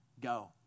go